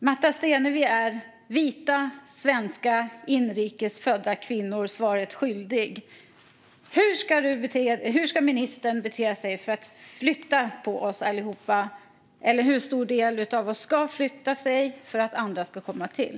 Märta Stenevi är vita, svenska, inrikes födda kvinnor svaret skyldig. Hur ska ministern bete sig för att flytta på oss allihop? Eller hur stor del av oss ska flytta på sig för att andra ska komma till?